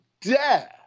dare